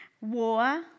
war